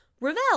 Ravel